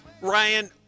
Ryan